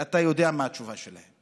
ואתה יודע מה התשובה שלהם,